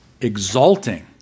exalting